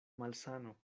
malsano